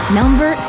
number